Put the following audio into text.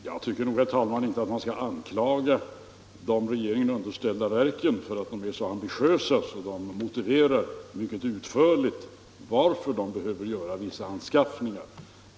Herr talman! Jag tycker inte att man skall anklaga de regeringen underställda verken för att de är så ambitiösa att de mycket utförligt motiverar varför de behöver göra vissa anskaffningar.